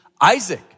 Isaac